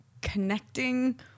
connecting